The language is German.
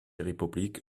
republik